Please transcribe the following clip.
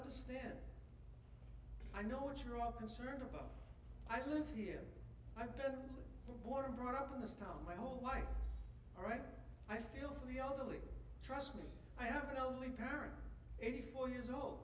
understand i know what you're all concerned about i live here i've been water brought up in this town my whole life all right i feel for the elderly trust me i have been only parent eighty four years old